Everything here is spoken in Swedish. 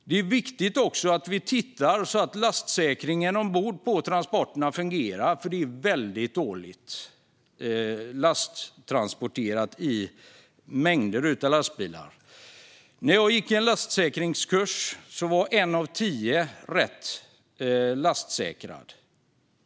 Det är också viktigt att vi ser att lastsäkringen ombord på transporterna fungerar, för det är väldigt dåligt lastsäkrat i mängder av lastbilar. När jag gick en lastsäkringskurs var en av tio rätt lastsäkrad.